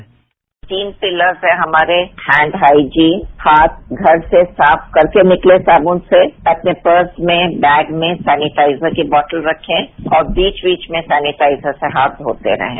sound bite तीन pillars हैं हमारे हैंड हाइजिंग हाथ घर से साफ करके निकलें साबून से अपने पर्स में बैग में सेनेटाइजर की बोतल रखें और बीच बीच में सेनेटाइजर से हाथ धोते रहें